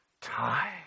time